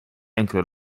enkele